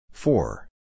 Four